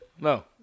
No